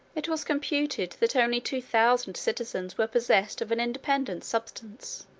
it was computed that only two thousand citizens were possessed of an independent substance.